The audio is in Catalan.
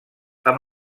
amb